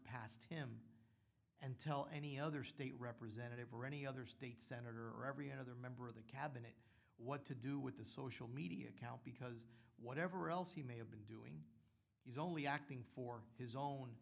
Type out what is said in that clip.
past him and tell any other state representative or any other state senator or every other member of the cabinet what to do with the social media account because whatever else he may have he's only acting for his own